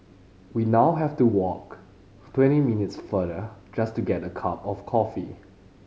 we now have to walk twenty minutes farther just to get a cup of coffee